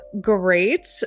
great